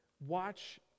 watch